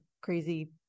crazy